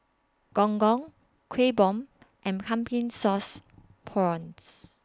Gong Gong Kueh Bom and Pumpkin Sauce Prawns